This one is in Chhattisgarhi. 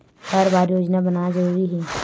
हर बार योजना बनाना जरूरी है?